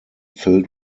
filled